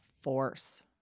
force